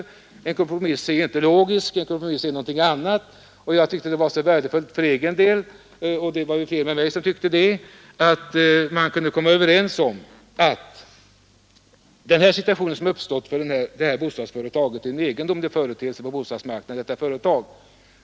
Men en kompromiss är inte logisk, den är någonting annat, och jag tyckte att det var värdefullt — det var fler än jag som tyckte det — att vi kunde komma överens. AB Stadsfastigheter är en egendomlig företeelse på bostadsmarknaden.